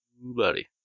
buddy